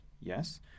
yes